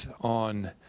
on